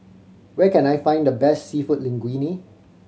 where can I find the best Seafood Linguine